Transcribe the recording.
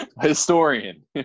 historian